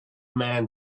man